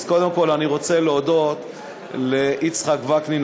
אז קודם כול אני רוצה להודות ליצחק וקנין,